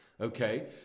okay